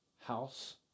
House